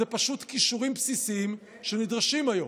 אלה פשוט כישורים בסיסיים שנדרשים היום.